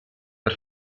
per